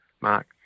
Mark